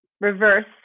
reverse